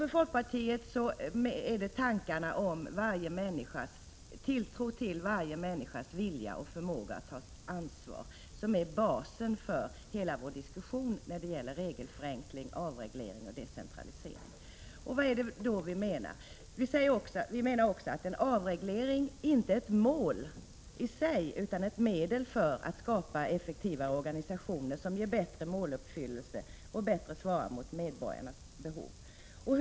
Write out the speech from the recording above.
För oss i folkpar tiet är tilltron till varje människas vilja och förmåga att ta ansvar basen för hela diskussion när det gäller regelförenkling, avreglering och decentralisering. Vad är det vi menar? Vi tycker att en avreglering inte är ett måli sig utan ett medel för att skapa effektiva organisationer som ger bättre måluppfyllelse och bättre svarar mot medborgarnas behov.